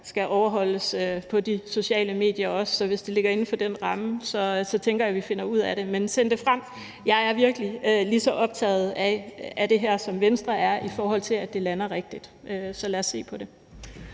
skal overholdes på de sociale medier også, så hvis det ligger inden for den ramme, tænker jeg, at vi finder ud af det, men send det frem til mig. Jeg er virkelig lige så optaget af det her, som Venstre er, i forhold til at det lander rigtigt – så lad os se på det.